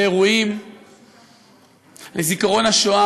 באירועים לזיכרון השואה.